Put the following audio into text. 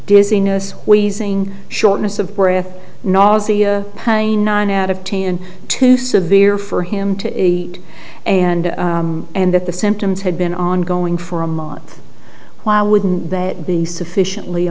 dizziness wheezing shortness of breath nausea a nine out of t and too severe for him to eat and and that the symptoms had been ongoing for a month while wouldn't that be sufficiently